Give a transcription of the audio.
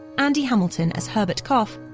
andy hamilton as herbert cough,